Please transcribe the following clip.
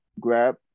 grab